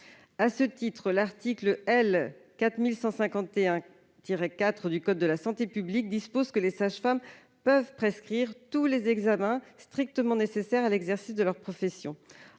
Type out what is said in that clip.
À ce titre, l'article L. 4151-4 du code de la santé publique prévoit que les sages-femmes peuvent prescrire tous les « examens strictement nécessaires à l'exercice de leur profession